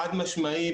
חד-משמעי,